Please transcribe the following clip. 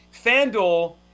Fanduel